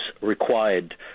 required